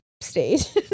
stage